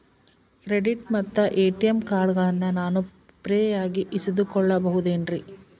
Credit ಮತ್ತ ATM ಕಾರ್ಡಗಳನ್ನ ನಾನು ಫ್ರೇಯಾಗಿ ಇಸಿದುಕೊಳ್ಳಬಹುದೇನ್ರಿ?